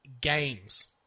games